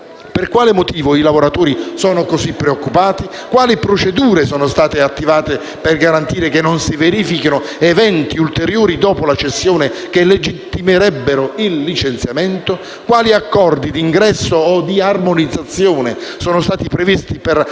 per quale motivo i lavoratori sono così preoccupati? Quali procedure sono state attivate per garantire che non si verifichino eventi ulteriori dopo la cessione che legittimerebbero il licenziamento? Quali accordi d'ingresso o di armonizzazione sono stati previsti per